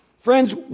Friends